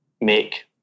make